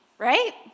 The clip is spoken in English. Right